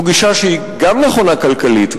זו גישה שהיא גם נכונה כלכלית,